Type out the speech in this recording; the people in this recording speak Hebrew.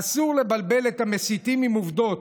אסור לבלבל את המסיתים עם עובדות.